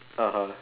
(uh huh)